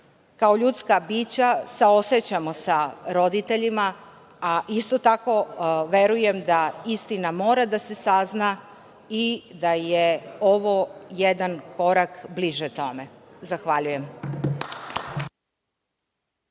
Kao ljudska bića saosećamo sa roditeljima, a isto tako verujem da istina mora da se sazna, i da je ovo jedan korak bliže tome. Zahvaljujem.